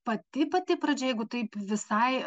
pati pati pradžia jeigu taip visai